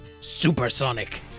Supersonic